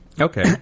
Okay